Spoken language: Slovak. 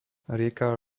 rieka